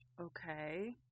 Okay